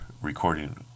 recording